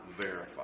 verify